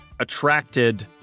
attracted